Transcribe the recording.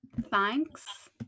Thanks